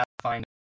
find